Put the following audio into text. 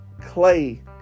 Clay